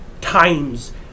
times